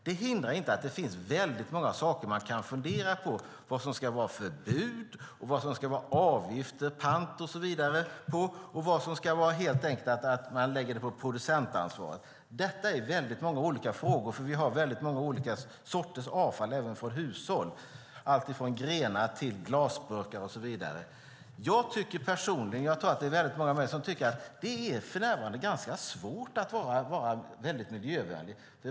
Det hindrar inte att det finns många saker man kan fundera på, bland annat vad som ska vara förbjudet, vad det ska vara avgift på och vad som ska ingå i producentansvaret. Det är många olika frågor eftersom vi har många olika sorters avfall även från hushåll, alltifrån grenar till glasburkar. Jag tycker personligen, liksom säkert många med mig, att det för närvarande är ganska svårt att vara riktigt miljövänlig.